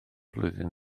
flwyddyn